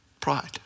Pride